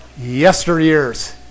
yesteryears